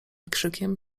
krzykiem